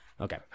Okay